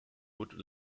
would